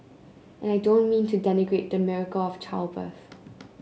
and I don't mean to denigrate the miracle of childbirth